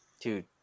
Dude